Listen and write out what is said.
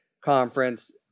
conference